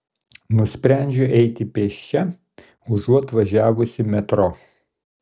nusprendžiu eiti pėsčia užuot važiavusi metro